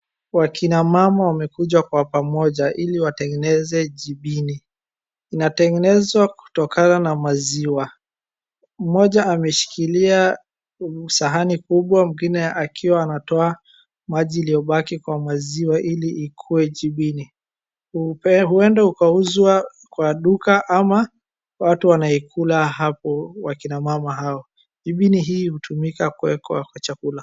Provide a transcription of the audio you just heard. Wakinamama wamekuja kwa pamoja ili watengeneze jibini. Inatengenezwa kutokana na maziwa. Mmoja ameshikilia sahani kubwa mwingine akiwa anatoa maji iliyobaki kwa maziwa ili ikuwe jibini. Huenda ukauzwa kwa duka ama watu wanaikula hapo wakinamama hao. Jibini hii hutumika kuwekwa kwa chakula.